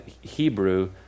Hebrew